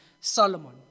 Solomon